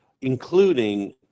including